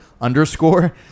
underscore